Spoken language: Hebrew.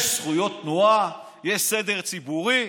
יש זכויות תנועה, יש סדר ציבורי.